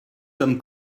sommes